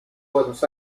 buenos